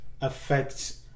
affects